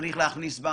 צריך להכניס".